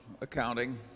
accounting